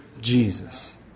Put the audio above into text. Jesus